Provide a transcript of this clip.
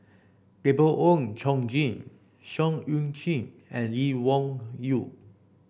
Gabriel Oon Chong Jin Seah Eu Chin and Lee Wung Yew